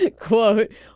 quote